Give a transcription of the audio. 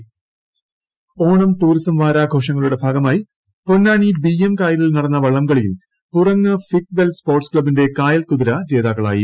വള്ളംകളി ജേതാക്കൾ ഓണം ടൂറിസം വരാഘോഷങ്ങളുടെ ഭാഗമായി പൊന്നാനി ബിയ്യം കായലിൽ നടന്ന വള്ളംകളിയിൽ പുറങ്ങ് ഫിറ്റ് വെൽ സ്പോർട്സ് ക്സബ്ബിന്റെ കായൽകുതിര ജേതാക്കളായി